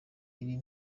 iri